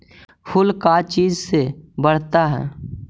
फूल का चीज से बढ़ता है?